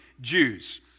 Jews